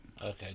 Okay